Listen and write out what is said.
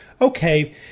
okay